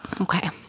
okay